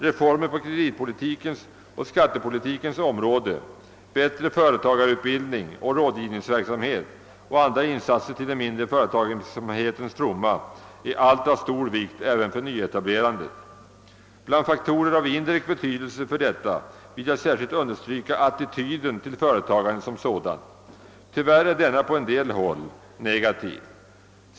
Reformer på kreditpolitikens och skattepolitikens område, bättre företagarutbildning och rådgivningsverksamhet och andra insatser till den mindre företagsamhetens fromma är allt av stor vikt även för nyetablerandet. Bland faktorer av indirekt betydelse vill jag särskilt understryka attityden till företagandet som sådant. Tyvärr är denna på en del håll negativ.